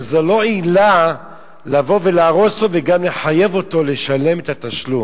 אבל זאת לא עילה לבוא ולהרוס לו וגם לחייב אותו לשלם את התשלום.